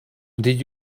did